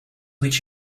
which